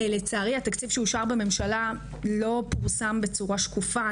לצערי התקציב שאושר בממשלה לא פורסם בצורה שקופה.